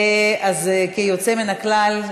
כיוצא מהכלל,